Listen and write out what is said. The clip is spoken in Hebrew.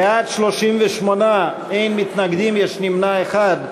בעד, 38, אין מתנגדים, יש נמנע אחד.